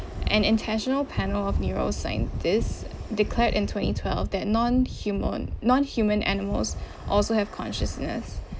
an international panel of neuroscientists declared in twenty twelve that non-human non-human animals also have consciousness